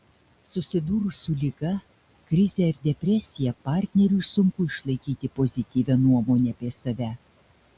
susidūrus su liga krize ar depresija partneriui sunku išlaikyti pozityvią nuomonę apie save